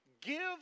give